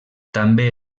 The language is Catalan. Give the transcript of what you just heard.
també